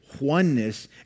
oneness